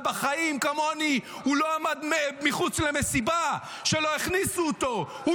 ובחיים כמוני הוא לא עמד מחוץ למסיבה שלא הכניסו אותו אליה,